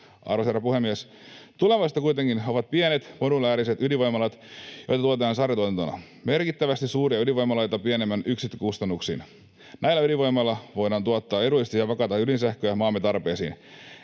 Arvoisa herra puhemies! Tulevaisuutta kuitenkin ovat pienet, modulaariset ydinvoimalat, joita tuotetaan sarjatuotantona merkittävästi suuria ydinvoimaloita pienemmin yksikkökustannuksin. Näillä ydinvoimaloilla voidaan tuottaa edullista ja vakaata ydinsähköä maamme tarpeisiin.